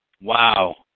Wow